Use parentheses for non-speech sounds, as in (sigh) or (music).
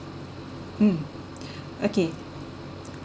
mm (breath) okay